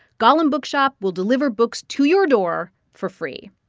golem bookshop will deliver books to your door for free.